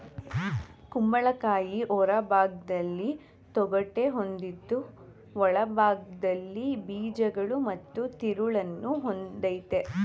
ಕುಂಬಳಕಾಯಿ ಹೊರಭಾಗ್ದಲ್ಲಿ ತೊಗಟೆ ಹೊಂದಿದ್ದು ಒಳಭಾಗ್ದಲ್ಲಿ ಬೀಜಗಳು ಮತ್ತು ತಿರುಳನ್ನು ಹೊಂದಯ್ತೆ